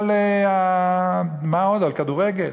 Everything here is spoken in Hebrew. מה עוד, על כדורגל.